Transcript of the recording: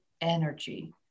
energy